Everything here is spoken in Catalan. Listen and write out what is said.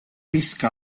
isca